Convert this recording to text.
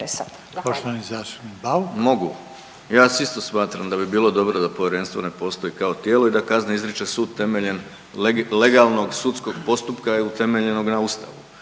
**Bauk, Arsen (SDP)** Mogu, ja se isto smatram da bi bilo dobro da povjerenstvo ne postoji kao tijelo i da kazne izriče sud temeljem legalnog sudskog postupka i utemeljenog na Ustavu,